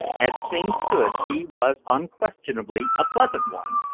as things stood, he was unquestionably a pleasant one,